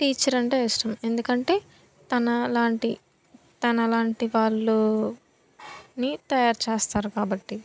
teacher అంటే ఇష్టం ఎందుకంటే తన లాంటి తనలాంటి వాళ్ళని తయారు చేస్తారు కాబట్టి